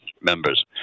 members